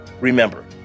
Remember